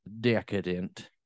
decadent